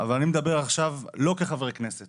אדבר עכשיו לא כחבר כנסת